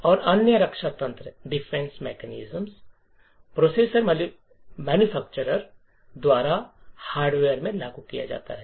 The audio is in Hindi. और अन्य रक्षा तंत्र प्रोसेसर विनिर्माण द्वारा हार्डवेयर में लागू किया जाता है